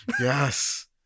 Yes